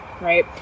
right